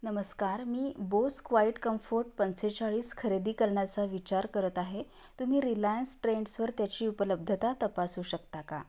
नमस्कार मी Bose quiet comfort पंचेचाळीस खरेदी करण्याचा विचार करत आहे तुम्ही रिलायन्स ट्रेंड्सवर त्याची उपलब्धता तपासू शकता का